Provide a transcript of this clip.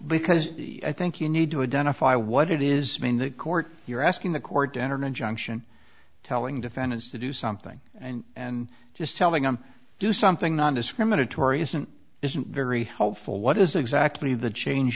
because i think you need to identify what it is mean that court you're asking the court to enter an injunction telling defendants to do something and and just telling him do something nondiscriminatory isn't isn't very helpful what is exactly the change